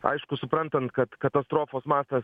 aišku suprantant kad katastrofos mastas